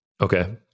Okay